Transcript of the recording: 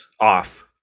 off